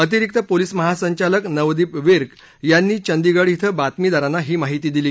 अतिरिक्त पोलीस महासंचालक नवदीप विर्क यांनी चंदीगढ क्वें बातमीदारांना ही माहिती दिली